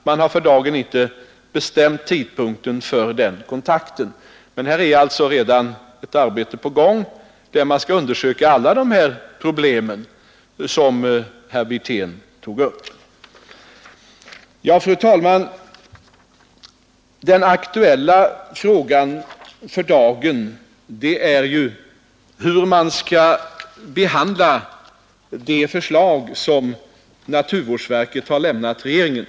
Man har för dagen inte bestämt tidpunkten för den kontakten men här är alltså redan ett arbete på gång, där man undersöker alla de problem som herr Wirtén tog upp. Ja, fru talman, den aktuella frågan för dagen är ju hur man skall behandla det förslag som naturvårdsverket har lämnat regeringen.